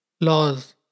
laws